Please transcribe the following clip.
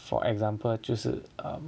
for example 就是 um